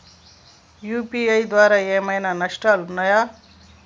UPI ద్వారా ఏమైనా నష్టాలు ఉన్నయా?